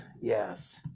Yes